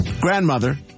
grandmother